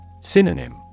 Synonym